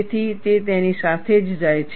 તેથી તે તેની સાથે જાય છે